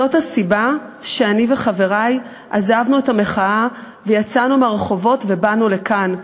זאת הסיבה שאני וחברי עזבנו את המחאה ויצאנו מהרחובות ובאנו לכאן.